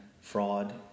fraud